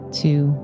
two